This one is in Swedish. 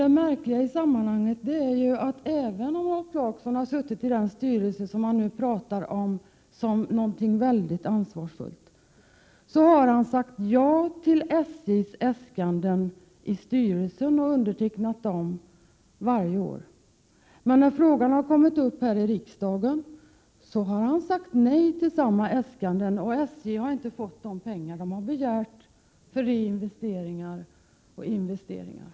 Det märkliga i sammanhanget är att även om Rolf Clarkson har suttit i den styrelse som han nu beskriver som mycket ansvarsfull, så har han sagt ja till SJ:s äskanden i styrelsen och varit med om att underteckna dem varje år. Men när frågan har kommit upp här i riksdagen har han sagt nej till samma äskanden, och SJ har inte fått de pengar som begärts för reinvesteringar och investeringar.